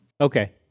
Okay